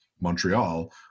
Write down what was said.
Montreal